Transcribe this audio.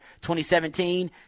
2017